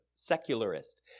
Secularist